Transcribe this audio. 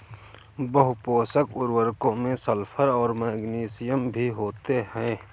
बहुपोषक उर्वरकों में सल्फर और मैग्नीशियम भी होते हैं